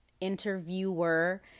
interviewer